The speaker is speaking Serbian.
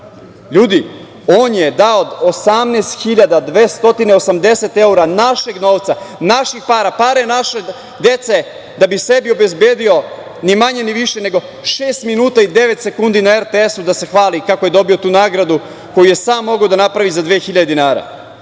Ljudi, on je dao 18.280 evra našeg novca, naših para, pare naše dece, da bi sebe obezbedio, ni manje ni više nego šest minuta i devet sekundi na RTS-u da se hvali kako je dobio tu nagradu koju je sam mogao da napravi za 2.000 dinara. Inače,